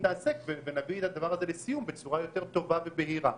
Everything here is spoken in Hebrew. נתעסק ונביא את הדבר לסיום בצורה יותר טובה ובהירה.